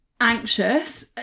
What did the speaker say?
anxious